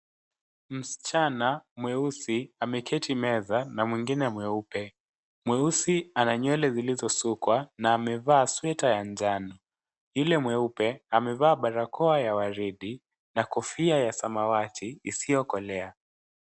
Msichana, mweusi, ameketi meza, na mwingine mweupe, mweusi ana nywele zilizosukwa, na amevaa sweater ya njano. Yule mweupe, amevaa barakoa ya waridi, na kofia ya samawati, isiokolea.